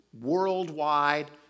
worldwide